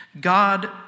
God